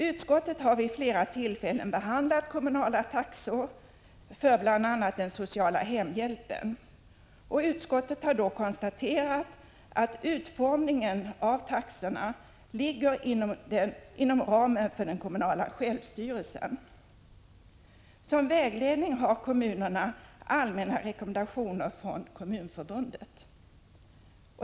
Utskottet har vid flera tillfällen behandlat kommunala taxor för bl.a. den sociala hemhjälpen. Utskottet har dock konstaterat att utformningen av taxorna ligger inom ramen för den kommunala självstyrelsen. Som vägledning har kommunerna allmänna rekommendationer från Kommunförbundet.